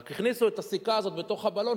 רק הכניסו את הסיכה הזו בתוך הבלון,